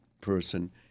person